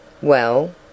Well